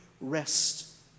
rest